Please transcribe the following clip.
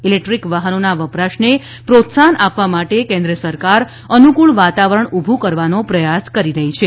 electric વાહનોના વપરાશને પ્રોત્સાહન આપવા માટે કેન્દ્ર સરકાર અનૂક્રળ વાતાવરણ ઉભુ કરવાનો પ્રયાસ કરી રહી છે